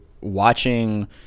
watching